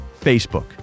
Facebook